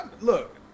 look